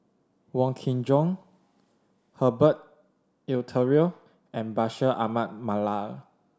Wong Kin Jong Herbert Eleuterio and Bashir Ahmad Mallal